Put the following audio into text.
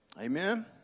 Amen